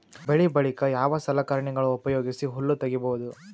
ಬೆಳಿ ಬಳಿಕ ಯಾವ ಸಲಕರಣೆಗಳ ಉಪಯೋಗಿಸಿ ಹುಲ್ಲ ತಗಿಬಹುದು?